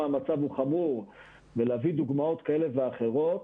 המצב הוא חמור ולהביא דוגמאות כאלה ואחרות,